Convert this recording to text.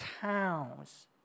towns